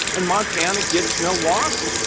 and montana gets no water.